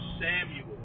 Samuel